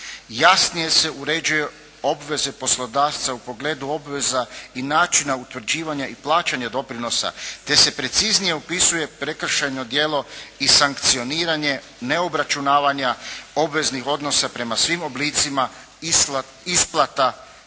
Jasnije se uređuju obveze poslodavca u pogledu obveza i načina utvrđivanja i plaćanja doprinosa te se preciznije upisuje prekršajno djelo i sankcioniranje neobračunavanja obveznih odnosa prema svim oblicima isplata